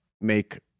make